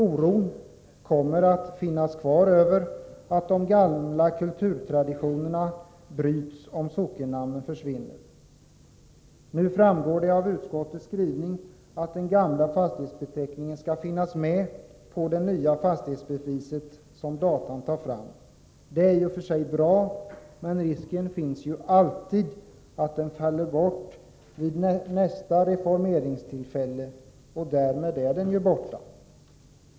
Oron kommer att finnas kvar över att de gamla kulturtraditionerna bryts om sockennamnen försvinner. Nu framgår det av utskottets skrivning att den gamla fastighetsbeteckningen skall finnas med på det nya fastighetsbevis som datan tar fram. Det är i och för sig bra, men risken finns ju alltid att den faller bort vid nästa reformeringstillfälle. Därmed är den borta.